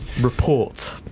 report